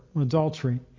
adultery